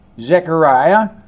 Zechariah